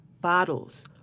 bottles